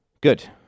Good